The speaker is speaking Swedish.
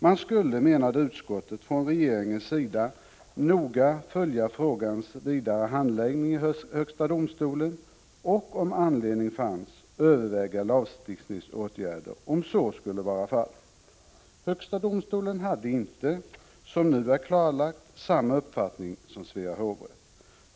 Man skulle, menade utskottet, från regeringens sida noga följa frågans vidare handläggning i högsta domstolen och om anledning fanns överväga lagstiftningsåtgärder. Högsta domstolen hade inte, som nu är klarlagt, samma uppfattning som Svea hovrätt.